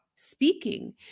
speaking